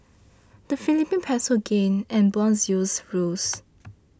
the Philippine Peso gained and bond yields rose